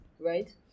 right